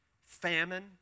famine